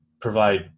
provide